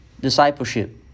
discipleship